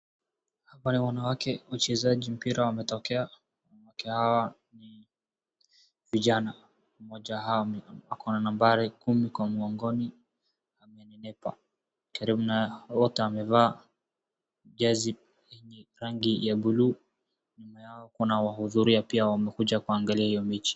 Hapa ni wanawake wachezaji mpira wametokea. Wanawake hawa ni vijana. Mmoja wao ako na nambari kumi kwa mgongoni, amenenepa. Karibu na wote wamevaa jezi yenye rangi ya bluu. Nyuma yao kuna wahudhuria pia wamekuja kuangalia hiyo mechi.